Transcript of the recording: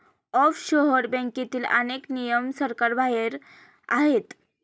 offshore बँकेतील अनेक नियम सरकारबाहेर आहेत